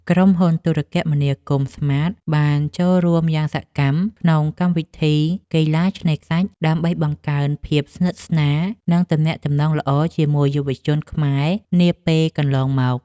ក្រុមហ៊ុនទូរគមនាគមន៍ស្មាតបានចូលរួមយ៉ាងសកម្មក្នុងកម្មវិធីកីឡាឆ្នេរខ្សាច់ដើម្បីបង្កើនភាពស្និទ្ធស្នាល និង ទំនាក់ទំនងល្អជាមួយយុវជនខ្មែរនាពេលកន្លងមក។